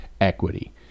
equity